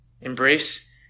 Embrace